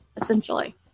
essentially